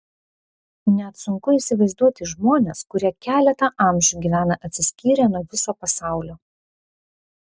net sunku įsivaizduoti žmones kurie keletą amžių gyvena atsiskyrę nuo viso pasaulio